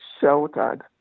sheltered